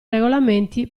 regolamenti